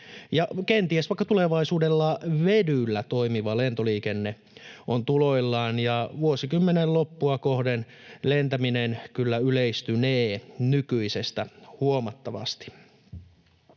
ja kenties vaikka tulevaisuudessa vedyllä toimiva lentoliikenne on tuloillaan ja vuosikymmenen loppua kohden lentäminen kyllä yleistynee nykyisestä huomattavasti.